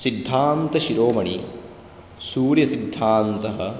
सिद्धान्तशिरोमणि सूर्यसिद्धान्तः